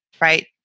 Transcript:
right